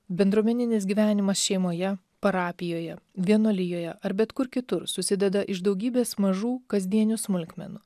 bendruomeninis gyvenimas šeimoje parapijoje vienuolijoje ar bet kur kitur susideda iš daugybės mažų kasdienių smulkmenų